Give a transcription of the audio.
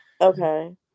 Okay